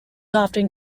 often